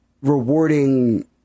rewarding